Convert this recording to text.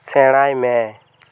ᱥᱮᱬᱟᱭ ᱢᱮ